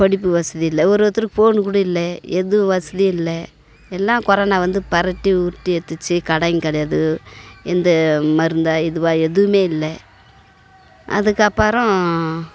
படிப்பு வசதி இல்லை ஒரு ஒருத்தருக்கு ஃபோனு கூட இல்லை எதுவும் வசதி இல்லை எல்லாம் கொரோனா வந்து பிரட்டி உருட்டி எடுத்திடுச்சி கடைங்க கிடையாது எந்த மருந்தோ இதுவோ எதுவும் இல்லை அதுக்கப்பறம்